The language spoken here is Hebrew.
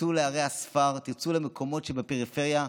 תצאו לערי הספר, תצאו למקומות שבפריפריה,